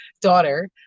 daughter